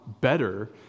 better